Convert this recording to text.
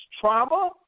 Trauma